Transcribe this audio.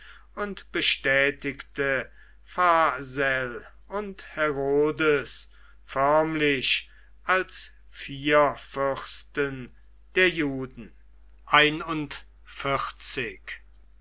und bestätigte phasael und herodes förmlich als vier fürsten der juden